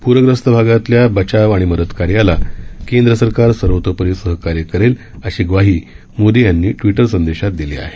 पूरग्रस्त भागातल्या बचाव आणि मदत कार्याला केंद्र सरकार सर्वतोपरी सहकार्य करेल अशी ग्वाही मोदी यांनी ट्वीटर संदेशात दिली आहे